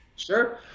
Sure